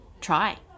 try